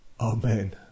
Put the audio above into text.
amen